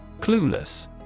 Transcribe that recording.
Clueless